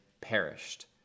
perished